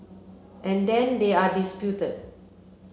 and then they are disputed